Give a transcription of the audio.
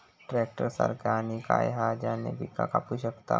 Tractor सारखा आणि काय हा ज्याने पीका कापू शकताव?